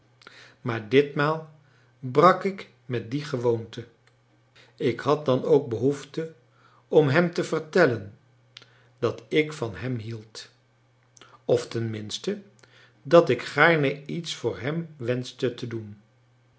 maar ditmaal brak ik met die gewoonte ik had dan ook behoefte om hem te vertellen dat ik van hem hield of tenminste dat ik gaarne iets voor hem wenschte te doen